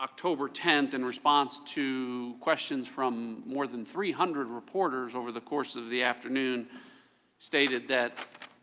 october tenth in response to questions from more than three hundred reporters over the course of the afternoon stated that